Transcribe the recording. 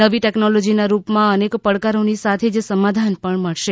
નવી ટેક્નોલોજીના રૂપમાં અનેક પડકારોની સાથે જ સમાધાન પણ મળશે